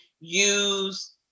use